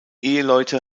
eheleute